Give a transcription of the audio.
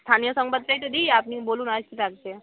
স্থানীয় সংবাদটাই তো দিই আপনি বলুন আর কী লাগবে